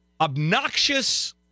obnoxious